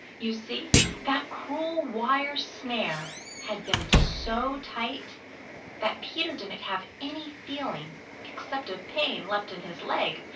you see, that cruel wire snare had been so tight that peter didn't have any feeling except of pain left in his leg,